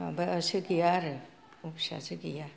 माबायासो गैया आरो अफिसासो गैया